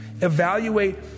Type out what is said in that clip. Evaluate